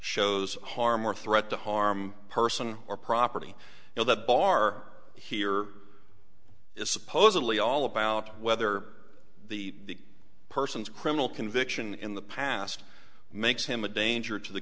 shows harm or threat to harm a person or property you know that bar here is supposedly all about whether the person is criminal conviction in the past makes him a danger to the